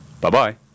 Bye-bye